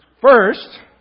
First